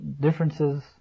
differences